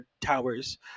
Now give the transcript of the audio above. towers